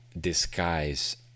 disguise